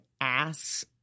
ass